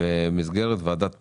ומקומו בוועדת הפנים.